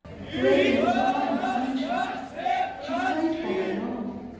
frail and sublime creature she prayed for her love.